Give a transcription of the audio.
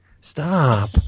stop